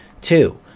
Two